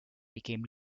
became